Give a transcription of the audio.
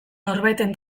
norbaiten